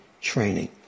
training